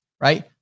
Right